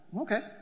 Okay